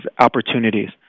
opportunities